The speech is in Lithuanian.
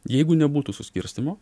jeigu nebūtų suskirstymo